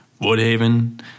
Woodhaven